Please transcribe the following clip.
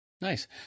nice